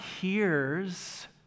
hears